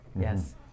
Yes